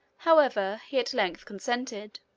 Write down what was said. however, he at length consented.